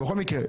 בכל מקרה,